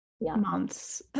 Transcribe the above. months